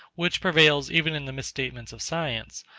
which prevails even in the misstatements of science,